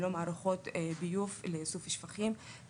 ללא מערכות ביוב לאיסוף שפכים,